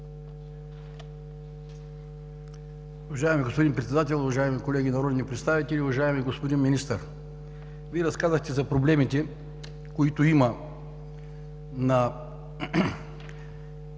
Уважаеми господин Председател, уважаеми колеги народни представители, уважаеми господин Министър! Вие разказахте за проблемите, които има на